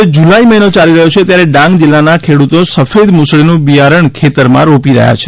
હાલ જુલાઈ મહિનો યાલી રહ્યો છે ત્યારે ડાંગ જિલ્લા નાં ખેડૂતો સફેદ મૂસળી નું બિયારણ ખેતર માં રોપી રહ્યા છે